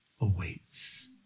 awaits